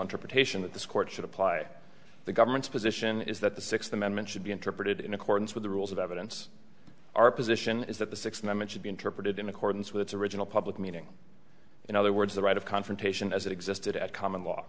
interpretation that this court should apply the government's position is that the sixth amendment should be interpreted in accordance with the rules of evidence our position is that the sixth amendment should be interpreted in accordance with its original public meaning in other words the right of confrontation as it existed at common law